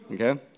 okay